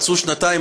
רצו שנתיים,